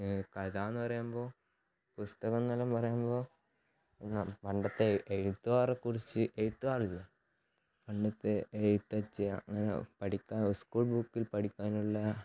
കഥ എന്ന് പറയുമ്പോൾ പുസ്തകം എന്നെല്ലാം പറയുമ്പോൾ പണ്ടത്തെ എഴുത്തുകാരെ കുറിച്ച് എഴുത്തുകാരില്ലേ പണ്ടത്തെ എഴുത്തച്ഛൻ അങ്ങനെ പഠിക്കാൻ സ്കൂൾ ബുക്കിൽ പഠിക്കാനുള്ള